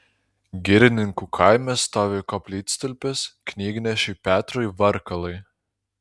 girininkų kaime stovi koplytstulpis knygnešiui petrui varkalai